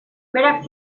berak